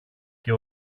και